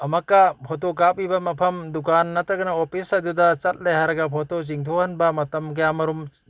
ꯑꯃꯨꯛꯀ ꯐꯣꯇꯣ ꯀꯥꯞꯄꯤꯕ ꯃꯐꯝ ꯗꯨꯀꯥꯟ ꯅꯠꯇ꯭ꯔꯒꯅ ꯑꯣꯐꯤꯁ ꯑꯗꯨꯗ ꯆꯠꯂꯦ ꯍꯥꯏꯔꯒ ꯐꯣꯇꯣ ꯆꯤꯡꯊꯣꯛꯍꯟꯕ ꯃꯇꯝ ꯀꯌꯥꯃꯔꯣꯝ